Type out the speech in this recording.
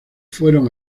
fueron